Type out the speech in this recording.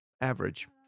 average